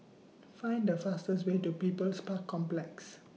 Find The fastest Way to People's Park Complex